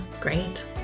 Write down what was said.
Great